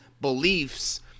beliefs